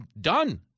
Done